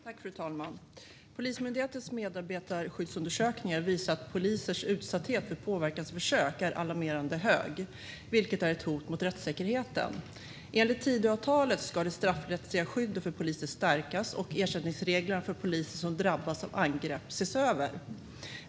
Fru talman! Polismyndighetens medarbetarskyddsundersökningar visar att polisers utsatthet för påverkansförsök är alarmerande hög, vilket är ett hot mot rättssäkerheten. Enligt Tidöavtalet ska det straffrättsliga skyddet för poliser stärkas, och ersättningsreglerna för poliser som drabbas av angrepp ses över.